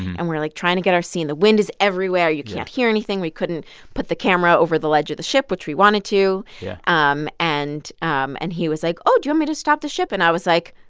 and we're, like, trying to get our scene. the wind is everywhere yeah you can't hear anything. we couldn't put the camera over the ledge of the ship, which we wanted to yeah um and um and he was, like, oh, do you want me to stop the ship? and i was like,